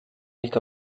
nicht